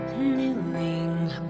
Kneeling